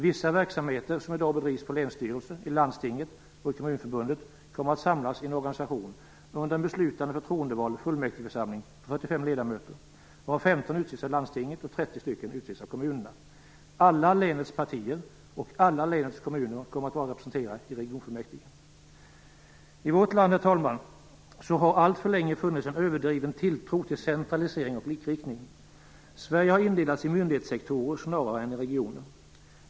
Vissa verksamheter som i dag bedrivs på länsstyrelsen, i landstinget och i kommunförbundet kommer att samlas i en organisation under en beslutande förtroendevald fullmäktigeförsamling på 45 ledamöter, varav 15 utses av landstinget och 30 av kommunerna. Alla länets partier och alla länets kommuner kommer att vara representerade i regionfullmäktige. I vårt land, herr talman, har det alltför länge funnits en överdriven tilltro till centralisering och likriktning. Sverige har indelats i myndighetssektorer snarare än regioner.